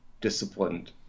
disciplined